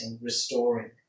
restoring